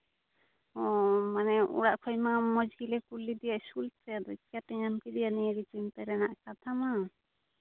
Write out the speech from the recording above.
ᱚ ᱢᱟᱱᱮ ᱚᱲᱟᱜ ᱠᱷᱚᱱ ᱢᱟ ᱢᱚᱡᱽ ᱜᱮᱞᱮ ᱠᱩᱞ ᱞᱮᱫᱮᱭᱟ ᱤᱥᱠᱩᱞ ᱛᱮ ᱟᱫᱚ ᱪᱮᱠᱟᱛᱮ ᱧᱟᱢ ᱠᱮᱫᱮᱭᱟ ᱟᱹᱰᱤ ᱪᱤᱱᱛᱟᱹ ᱨᱮᱱᱟᱜ ᱠᱟᱛᱷᱟ ᱢᱟ